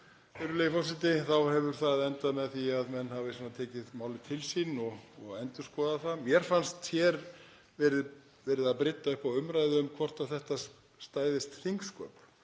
hefur það endað með því að menn hafa tekið málið til sín og endurskoðað það. Mér fannst hér verið að brydda upp á umræðu um hvort þetta stæðist þingsköp.